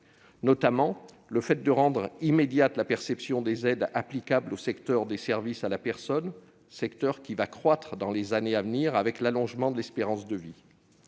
notamment immédiate la perception des aides applicables au secteur des services à la personne, lequel va nécessairement croître dans les années à venir, avec l'allongement de l'espérance de vie.